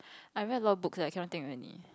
I read a lot of books eh I cannot think of any